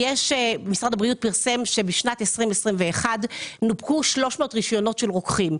משרד הבריאות פרסם שבשנת 2021 נופקו 300 רישיונות לרוקחים,